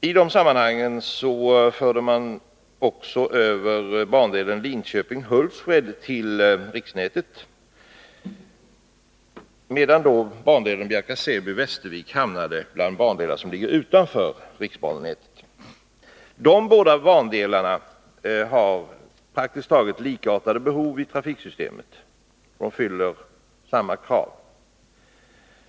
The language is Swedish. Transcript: I det sammanhanget fördes också bandelen Linköping-Hultsfred över till riksnätet, medan bandelen Bjärka/Säby-Västervik hamnade bland de bandelar som ligger utanför riksbanenätet. Dessa båda bandelar har praktiskt taget likartade behov i trafiksystemet och uppfyller samma krav.